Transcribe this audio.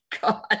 God